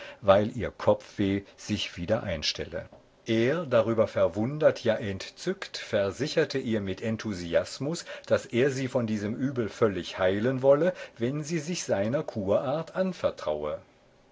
weil ihr kopfweh sich wieder einstelle er darüber verwundert ja entzückt versicherte ihr mit enthusiasmus daß er sie von diesem übel völlig heilen wolle wenn sie sich seiner kurart anvertraue